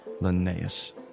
Linnaeus